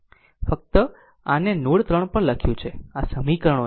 આમ ફક્ત આને નોડ 3 પર લખ્યું છે આ સમીકરણો છે